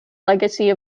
legacy